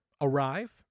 arrive